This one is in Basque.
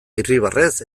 irribarrez